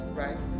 right